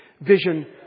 Vision